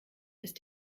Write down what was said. ist